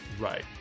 right